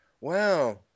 wow